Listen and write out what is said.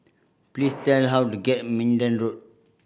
please tell how to get Minden Road